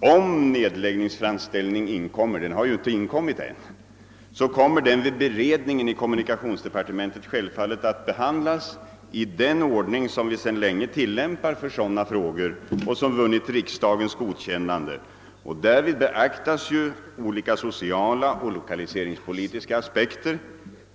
Om framställning angående nedläggning i detta fall inkommer — det har ju inte skett ännu — så tas frågan upp till beredning i kommunikationsdepartementet, och den skall då självfallet behandlas i den ordning som vi sedan länge tillämpar för sådana här frågor och som har vunnit riksdagens godkännande. Därvid kommer således att beaktas olika sociala och lokaliseringspolitiska aspekter.